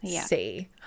see